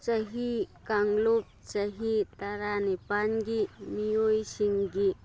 ꯆꯍꯤ ꯀꯥꯡꯂꯨꯞ ꯆꯍꯤ ꯇꯔꯥꯅꯤꯄꯥꯜꯒꯤ ꯃꯤꯑꯣꯏꯁꯤꯡꯒꯤ